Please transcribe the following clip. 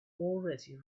already